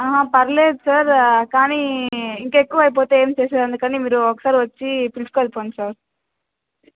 పర్లేదు సార్ కానీ ఇంకా ఎక్కువ అయితే ఏమి చేసేది అందుకని మీరు ఒకసారి వచ్చి పిలుచుకుపోండి సార్